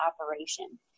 operation